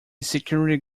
security